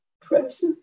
precious